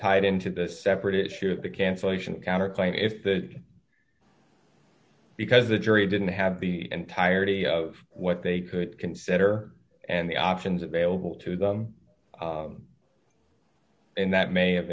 tied into the separate issue of the cancellation counterclaim if the because the jury didn't have the entirety of what they could consider and the options available to them and that may have